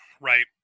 Right